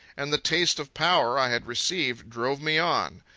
and the taste of power i had received drove me on.